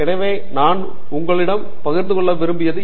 எனவே நான் உங்களுடன் பகிர்ந்து கொள்ள விரும்பிய ஒன்று